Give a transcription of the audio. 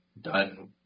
done